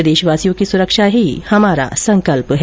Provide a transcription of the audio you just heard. प्रदेशवासियों की सुरक्षा ही हमारा संकल्प है